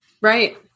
Right